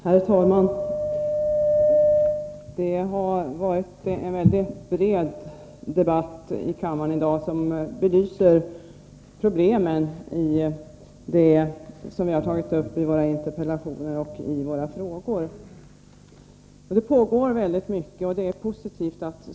Herr talman! Det har varit en mycket bred debatt här i kammaren i dag som belyser problemen i det som vi har tagit upp i våra interpellationer och frågor. Det pågår mycket, och det är positivt.